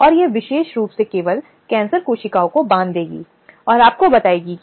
अब उसको यह समझना चाहिए कि उसको अधिकार है वहां रहने का काम करने का अधिकार है और उसे काम जारी रखना चाहिए